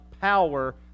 power